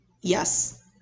yes